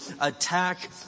attack